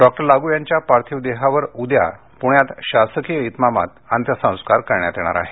डॉ लागू यांच्या पार्थिव देहावर उद्या पुण्यात शासकीय इतमामात अंत्यसंस्कार करण्यात येणार आहेत